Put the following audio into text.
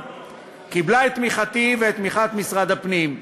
קיבלה את תמיכתי ואת תמיכת משרד הפנים,